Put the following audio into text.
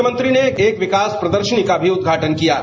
मुख्यमंत्री ने एक विकास प्रदर्शनी का भी उद्घाटन किया